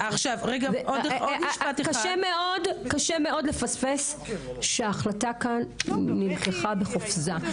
קשה מאוד לפספס שההחלטה כאן נלקחה בחופזה.